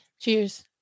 Cheers